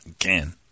Again